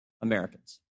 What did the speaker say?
Americans